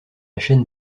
chaîne